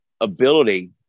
ability